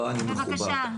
בבקשה,